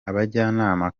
abajyanama